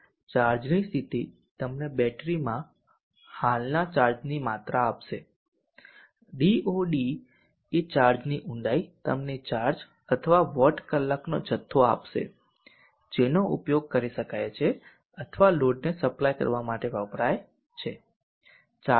ચાર્જની સ્થિતિ તમને બેટરીમાં હાલના ચાર્જની માત્રા આપશે DoD એ ચાર્જની ઊંડાઈ તમને ચાર્જ અથવા વોટ કલાકનો જથ્થો આપશે જેનો ઉપયોગ કરી શકાય છે અથવા લોડને સપ્લાય કરવા માટે વપરાય છે